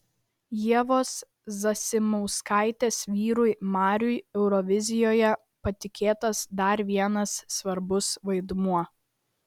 ievos zasimauskaitės vyrui mariui eurovizijoje patikėtas dar vienas svarbus vaidmuo